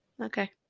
Okay